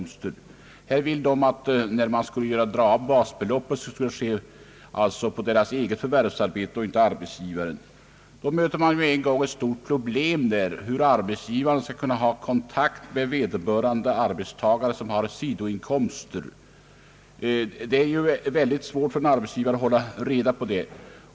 Motionärerna vill att basbeloppet i första hand skall avräknas mot inkomsten av detta andra förvärvsarbete och icke mot inkomsten från arbetsgivaren. Då möter man ett stort problem, nämligen hur arbetsgivaren skall kunna hålla kontakt med de arbetstagare som har sidoinkomster i form av annat förvärvsarbete. Det är mycket svårt för arbetsgivaren att hålla reda på detta.